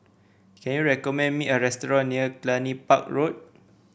can you recommend me a restaurant near Cluny Park Road